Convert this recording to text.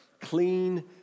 clean